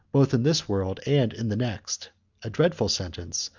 both in this world and in the next a dreadful sentence,